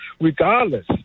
regardless